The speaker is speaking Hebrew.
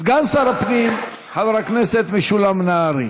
סגן שר הפנים חבר הכנסת משולם נהרי.